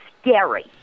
scary